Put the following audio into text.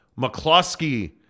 McCluskey